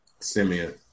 Simeon